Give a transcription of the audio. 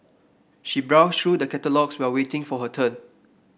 she browsed through the catalogues while waiting for her turn